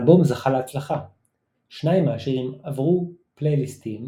האלבום זכה להצלחה – שניים מהשירים עברו פלייליסטים